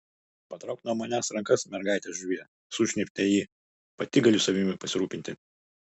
patrauk nuo manęs rankas mergaite žuvie sušnypštė ji pati galiu savimi pasirūpinti